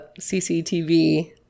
cctv